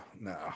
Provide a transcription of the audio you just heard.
no